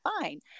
fine